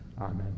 Amen